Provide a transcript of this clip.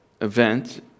event